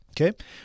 Okay